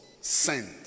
sent